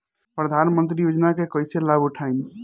प्रधानमंत्री योजना के कईसे लाभ उठाईम?